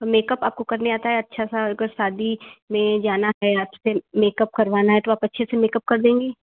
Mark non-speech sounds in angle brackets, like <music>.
makeup आपको करने आता है अच्छा सा <unintelligible> शदी में जाना है आज कल मेकअप करवाना है तो आप अच्छे से मेकअप कर देंगी